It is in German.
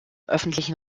öffentlichen